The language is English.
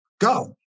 go